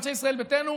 אנשי ישראל ביתנו,